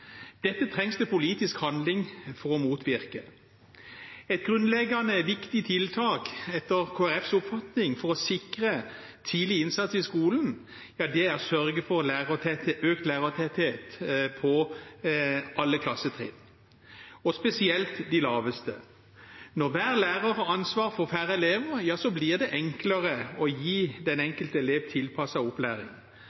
Dette trengs det politisk handling for å motvirke. Et grunnleggende viktig tiltak, etter Kristelig Folkepartis oppfatning, for å sikre tidlig innsats i skolen er å sørge for økt lærertetthet på alle klassetrinn – og spesielt de laveste. Når hver lærer har ansvar for færre elever, ja, så blir det enklere å gi den